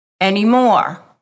anymore